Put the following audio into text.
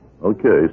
Okay